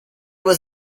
was